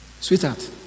Sweetheart